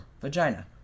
vagina